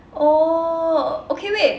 oh okay wait